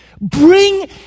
Bring